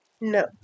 No